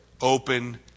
open